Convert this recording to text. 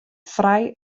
frij